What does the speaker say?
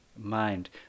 Mind